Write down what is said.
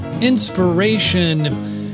inspiration